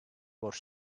borç